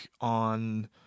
on